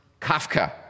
Kafka